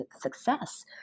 success